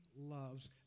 loves